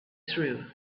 through